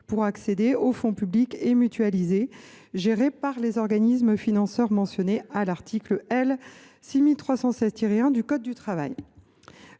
pour accéder aux fonds publics et mutualisés gérés par les organismes financeurs mentionnés à l’article L. 6316 1 du code du travail.